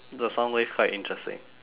the sound wave quite interesting